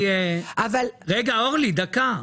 אורלי, דקה.